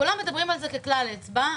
כולם מדברים על זה ככלל אצבע.